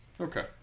Okay